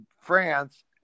France